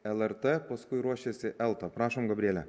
lrt paskui ruošiasi elta prašom gabriele